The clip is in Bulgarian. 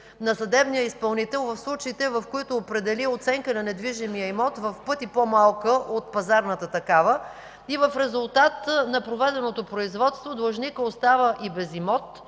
на съдебния изпълнител в случаите, в които определи оценка на недвижимия имот в пъти по-малка от пазарната такава. В резултат на проведеното производство длъжникът остава и без имот,